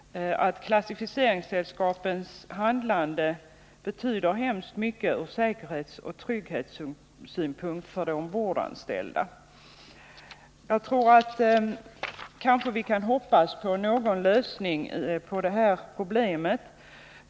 Klassificeringssällskapens handlande betyder mycket från säkerhetsoch trygghetssynpunkt för de ombordanställda Vi kanske nu kan hoppas på någon lösning av detta problem.